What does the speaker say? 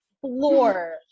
floor